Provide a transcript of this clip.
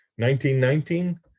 1919